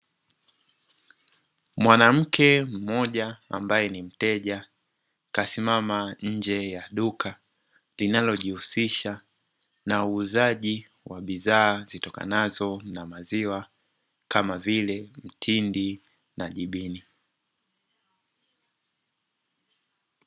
Mwanamke mmoja ambae ni mteja kasimama nje ya duka, linalojihusisha na uuzaji wa bidhaa zitokanazo na maziwa kama vile mtindi na jibini.